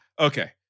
Okay